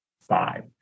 five